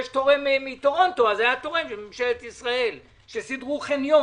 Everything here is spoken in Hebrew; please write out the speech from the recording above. יש תורם מטורונטו אז היה גם תורם של ממשלת ישראל כשסידרו חניון.